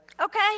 Okay